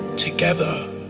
together,